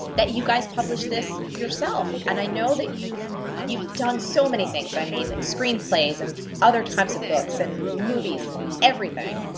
that you guys published this yourself. and i know that you've you've done so many things, i mean, screenplays and other types of books and movies and everything.